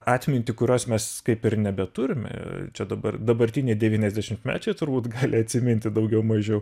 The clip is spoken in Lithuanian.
atmintį kurios mes kaip ir nebeturime čia dabar dabartiniai devyniasdešimtmečiai turbūt gali atsiminti daugiau mažiau